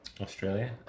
Australia